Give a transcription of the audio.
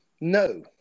No